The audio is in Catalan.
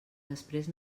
després